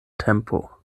tempo